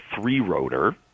three-rotor